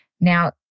Now